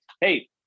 hey